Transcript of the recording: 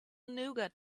nougat